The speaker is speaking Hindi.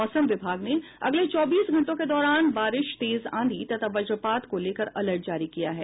मौसम विभाग ने अगले चौबीस घंटों के दौरान बारिश तेज आंधी तथा वज्रपात को लेकर अलर्ट जारी किया है